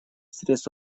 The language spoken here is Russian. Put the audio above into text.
срез